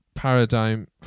paradigm